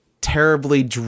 terribly